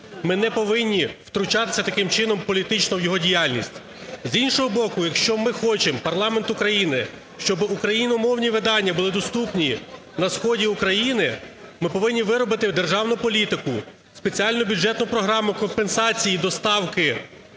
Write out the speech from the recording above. ми не повинні втручатися таким чином в політичну його діяльність. З іншого боку, якщо ми хочемо, парламент України, щоб україномовні видання були доступні на сході України, ми повинні виробити державну політику, спеціальну бюджетну програму компенсацій доставки